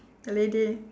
the lady